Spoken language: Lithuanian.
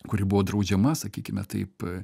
kuri buvo draudžiama sakykime taip